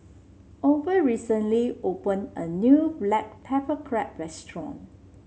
Orvel recently open a new Black Pepper Crab restaurant